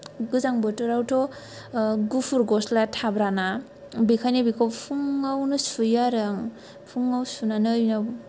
गोजां बोथोरावथ' गुफुर गस्लाया थाब राना बेखायनो बेखौ फुंआवनो सुयो आरो आं फुंआव सुनानै उनाव